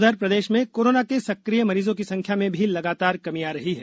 उधर प्रदेश में कोरोना के सकिय मरीजों की संख्या में भी लगातार कमी आ रही है